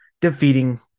defeating